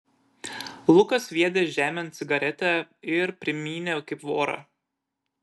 lukas sviedė žemėn cigaretę ir primynė kaip vorą